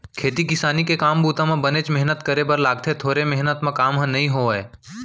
खेती किसानी के काम बूता म बनेच मेहनत करे बर लागथे थोरे मेहनत म काम ह नइ होवय